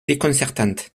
déconcertante